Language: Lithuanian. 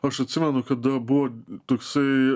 aš atsimenu kada buvo toksai